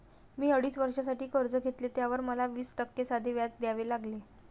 मी अडीच वर्षांसाठी कर्ज घेतले, त्यावर मला वीस टक्के साधे व्याज द्यावे लागले